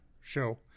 show